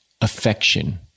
affection